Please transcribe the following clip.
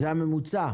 זה הממוצע.